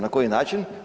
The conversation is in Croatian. Na koji način?